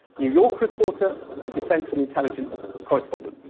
new york reporter, and defense and intelligence correspondent.